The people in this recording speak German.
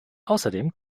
außerdem